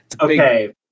Okay